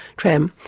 tram,